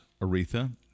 Aretha